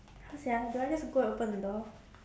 how sia do I just go and open the door